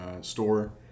store